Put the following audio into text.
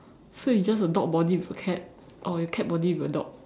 so it's just a dog body with a cat or cat body with a dog